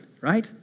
right